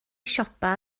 siopa